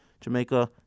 Jamaica